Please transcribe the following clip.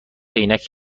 عینک